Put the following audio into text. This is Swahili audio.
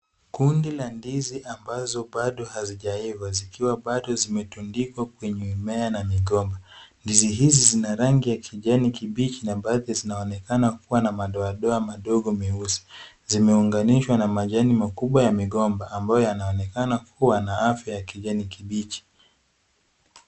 Kundi la ndizi ambazo bado hazijaiva zikiwa bado zimetundikwa kwenye mmea na migomba. Ndizi hizi zina rangi ya kijani kibichi na baadhi zinaonekana kuwa na madoadoa madogo meusi. Zimeunganishwa na majani makubwa ya migomba ambayo yanaonekana kuwa na afya ya kijani kibichi.